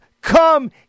come